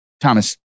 Thomas